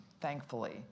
thankfully